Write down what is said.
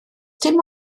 dim